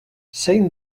zein